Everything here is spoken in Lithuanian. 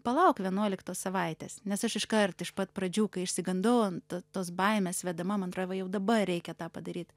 palauk vienuoliktos savaitės nes aš iškart iš pat pradžių kai išsigandau ant to tos baimės vedamam antra va jau dabar reikia tą padaryt